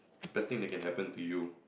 best thing that can happen to you